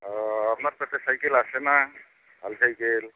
অঁ আপোনাৰ তাতে চাইকেল আছে না ভাল চাইকেল